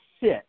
sit